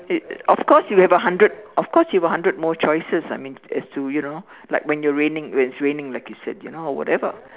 it of course you have a hundred of course you got hundred more choices I mean as to you know like when you're raining when it's raining like you said or whatever